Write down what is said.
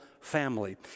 family